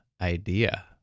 idea